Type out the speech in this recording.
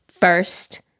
first